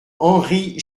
henri